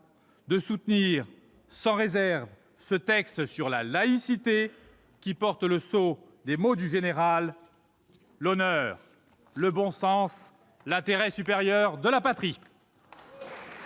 de soutenir sans réserve ce texte sur la laïcité, qui porte le sceau, selon les mots du Général, de l'honneur, du bon sens, de l'intérêt supérieur de la patrie.